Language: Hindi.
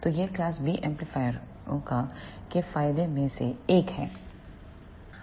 तो यह क्लास B एम्पलीफायरों के फायदों में से एक है